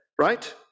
right